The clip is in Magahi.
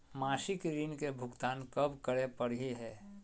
मासिक ऋण के भुगतान कब करै परही हे?